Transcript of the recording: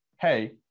hey